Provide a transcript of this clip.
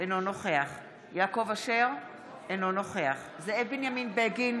אינו נוכח יעקב אשר, אינו נוכח זאב בנימין בגין,